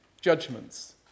judgments